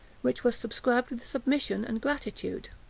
which was subscribed with submission and gratitude.